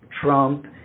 Trump